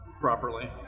properly